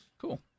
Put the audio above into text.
Cool